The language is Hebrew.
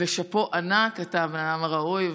שאפו ענק, אתה האדם הראוי.